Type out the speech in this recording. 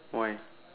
why